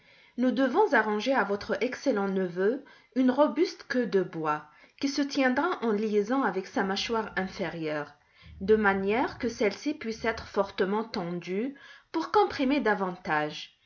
nous devons arranger à votre excellent neveu une robuste queue de bois qui se tiendra en liaison avec sa mâchoire inférieure de manière que celle-ci puisse être fortement tendue pour comprimer davantage